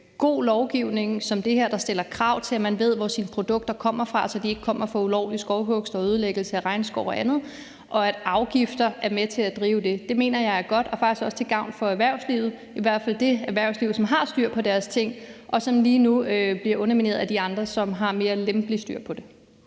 god lovgivning som den her, der stiller krav til, at man ved, hvor ens produkter kommer fra, så de ikke kommer fra ulovlig skovhugst og ødelæggelse af regnskov og andet, og det, at afgifter er med til at drive det, er godt og faktisk også til gavn for erhvervslivet, i hvert fald det erhvervsliv, som har styr på deres ting, og som lige nu bliver undermineret af de andre, som har mere lempeligt styr på det.